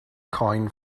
coin